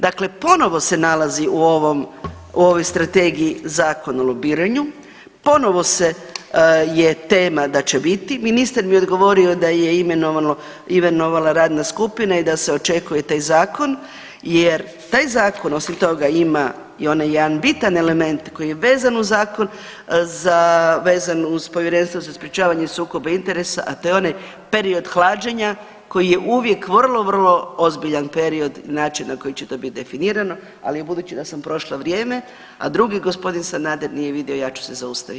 Dakle, ponovo se nalazi u ovoj strategiji Zakon o lobiranju, ponovo se, je tema da će biti, ministar mi odgovorio da je imenovano, imenovana radna skupina i da se očekuje taj zakon, jer taj zakon osim toga ima i onaj jedan bitan element koji je vezan uz zakon, za vezan uz Povjerenstvo za sprječavanje sukoba interesa, a to je onaj period hlađenja koji je uvijek vrlo, vrlo ozbiljan period način na koji će to biti definirano, ali budući da sam prošla vrijeme, a drugi gospodin Sander nije vidio ja ću se zaustaviti.